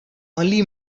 only